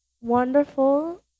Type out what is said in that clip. Wonderful